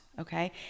okay